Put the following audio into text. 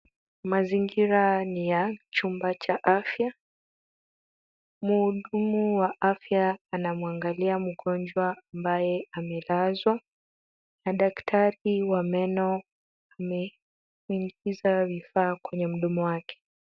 Mazingira ni ya chumba cha afya. Mhudumu wa afya anamwangalia mgonjwa ambaye amelazwa na daktari wa meno ameingiza vifaa kwenye mdomo wake.